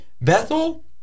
Bethel